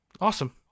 Awesome